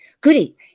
Goody